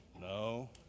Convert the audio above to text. No